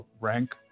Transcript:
rank